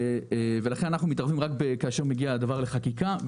לכן אנחנו מתערבים רק כאשר הדבר מגיע לחקיקה,